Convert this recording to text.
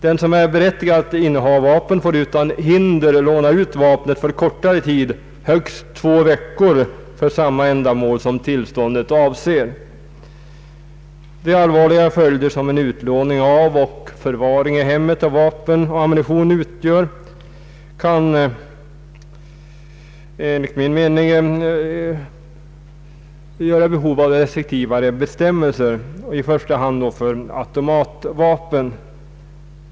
Den som är berättigad att inneha vapen får utan hinder låna ut vapnet för kortare tid, högst två veckor, för samma ändamål som tillståndet avser. De allvarliga följder som en utlåning av vapen och förvaring i hemmet av vapen och ammunition utgör kan enligt min mening föranleda restriktivare bestämmelser, i första hand för automatvapen.